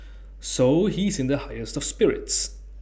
so he's in the highest of spirits